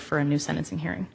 for a new sentencing hearing